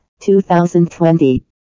2020